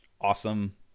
awesome